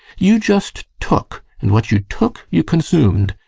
you just took, and what you took you consumed,